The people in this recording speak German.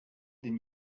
den